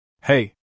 Hey